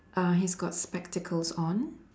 uh he's got spectacles on